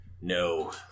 no